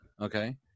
okay